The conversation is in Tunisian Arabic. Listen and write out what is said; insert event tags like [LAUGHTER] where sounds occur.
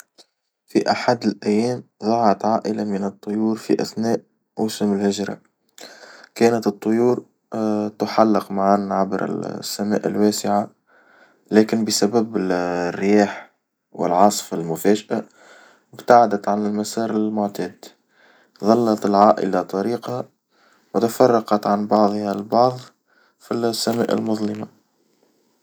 في أحد الأيام ظاعت عائلة من الطيور في أثناء موسم الهجرة، كانت الطيور [HESITATION] تحلق معًا عبر السماء الواسعة، لكن بسبب الرياح والعاصفة المفاجئة ابتعدت عن المسار المعتاد ضلت العائلة طريقها وتفرقت عن بعظها البعظ في السماء المظلمة.